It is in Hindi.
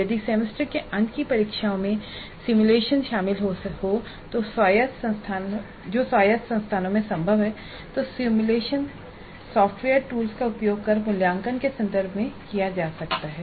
यदि सेमेस्टर के अंत की परीक्षाओं में सिमुलेशन शामिल हो जो स्वायत्त संस्थानों में संभव है तो सिमुलेशन सॉफ्टवेयर टूल्स का उपयोग मूल्यांकन के संदर्भ में किया जा सकता है